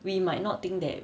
we might not think that